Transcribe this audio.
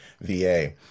VA